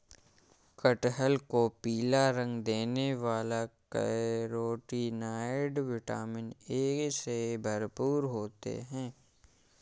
कटहल को पीला रंग देने वाले कैरोटीनॉयड, विटामिन ए से भरपूर होते हैं